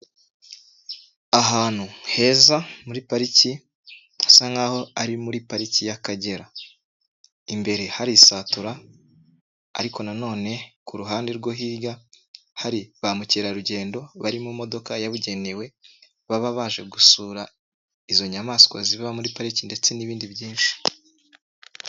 Ahantu heza muri pariki, hasa nko muri pariki y'Akagera imbere hari isatura ariko nanone ku ruhande rwo hirya hari ba mukerarugendo bari mu modoka yabugenewe baba baje gusura izo nyamaswa ziba muri pariki ndetse n'ibindi byinshi.